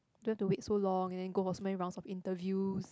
don't have to wait so long then go so many rounds of interviews